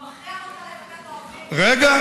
והוא מכריח אותך, רגע.